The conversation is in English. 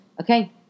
Okay